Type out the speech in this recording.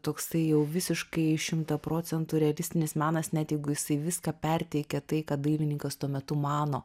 toksai jau visiškai į šimtą procentų realistinis menas net jeigu jisai viską perteikia tai ką dailininkas tuo metu mano